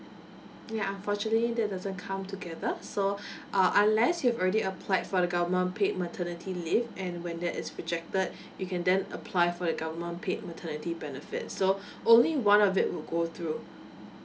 yeah unfortunately that doesn't come together so uh unless you've already applied for the government paid maternity leave and when that is rejected you can then apply for the government paid maternity benefits so only one of it will go through